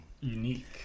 Unique